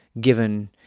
given